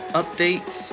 updates